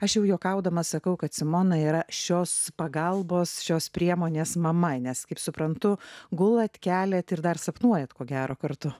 aš jau juokaudama sakau kad simona yra šios pagalbos šios priemonės mama nes kaip suprantu gulat keliat ir dar sapnuojat ko gero kartu